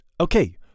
Okay